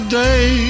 day